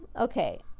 okay